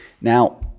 Now